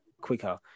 quicker